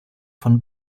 von